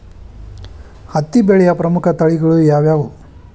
ಹತ್ತಿ ಬೆಳೆಯ ಪ್ರಮುಖ ತಳಿಗಳು ಯಾವ್ಯಾವು?